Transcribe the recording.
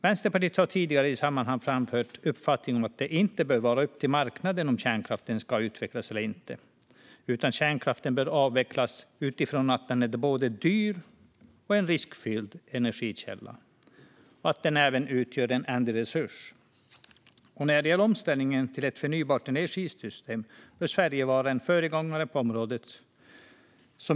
Vänsterpartiet har i tidigare sammanhang framfört uppfattningen att det inte behöver vara upp till marknaden om kärnkraften ska utvecklas eller inte, utan kärnkraften bör avvecklas utifrån att den är en både dyr och riskfylld energikälla. Den är även en ändlig resurs. När det gäller omställning till ett förnybart energisystem bör Sverige vara en föregångare på området.